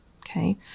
Okay